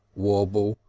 wabble.